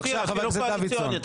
חבר הכנסת דוידסון.